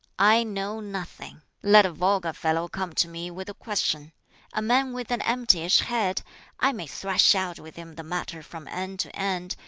i know nothing. let a vulgar fellow come to me with a question a man with an emptyish head i may thrash out with him the matter from end to end,